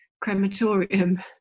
crematorium